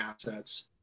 assets